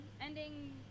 Ending